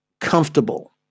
comfortable